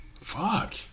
Fuck